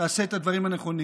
תעשה את הדברים הנכונים.